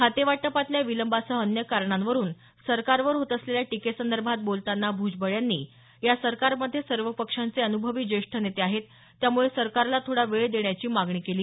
खाते वाटपातल्या विलंबासह अन्य कारणांवरून सरकारवर होत असलेल्या टीकेसंदर्भात बोलताना भुजबळ यांनी या सरकारमध्ये सर्व पक्षांचे अनुभवी ज्येष्ठ नेते आहेत त्यामुळे सरकारला थोडा वेळ देण्याची मागणी केली